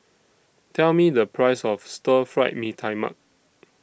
Tell Me The Price of Stir Fried Mee Tai Mak